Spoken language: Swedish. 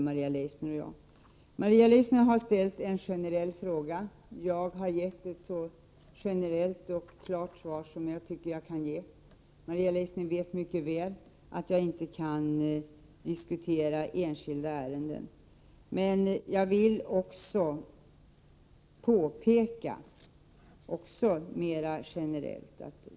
Maria Leissner har ställt en generell fråga. Jag har gett ett så generellt och klart svar som jag kan ge. Maria Leissner vet mycket väl att jag inte kan diskutera enskilda ärenden. Men samtidigt vill jag göra ett mera generellt påpekande.